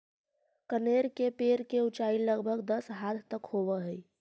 कनेर के पेड़ के ऊंचाई लगभग दस हाथ तक होवऽ हई